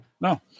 No